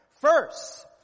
First